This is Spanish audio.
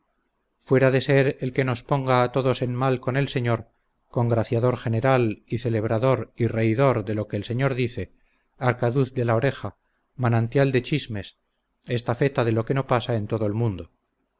fuera de ser el que nos ponga a todos en mal con el señor congraciador general y celebrador y reidor de lo que el señor dice arcaduz de la oreja manantial de chismes estafeta de lo que no pasa en todo el mundo